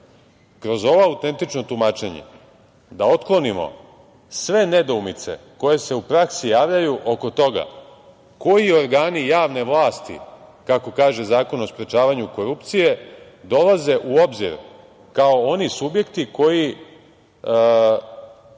kroz ovo autentično tumačenje da otklonimo sve nedoumice koje se u praksi javljaju oko toga koji organi javne vlasti, kako kaže Zakon o sprečavanju korupcije, dolaze u obzir kao oni subjekti koji